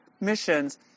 missions